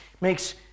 makes